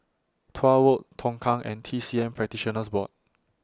Tuah Road Tongkang and T C M Practitioners Board